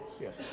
yes